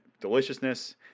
deliciousness